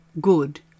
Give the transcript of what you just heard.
good